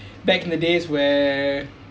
back in the days where